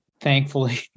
thankfully